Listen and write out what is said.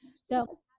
So-